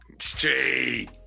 straight